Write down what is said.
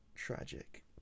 tragic